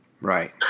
Right